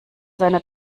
seiner